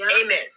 Amen